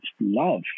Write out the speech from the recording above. love